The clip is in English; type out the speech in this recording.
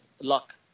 luck